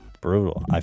brutal